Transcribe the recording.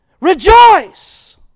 Rejoice